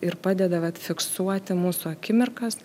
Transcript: ir padeda vat fiksuoti mūsų akimirkas